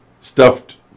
stuffed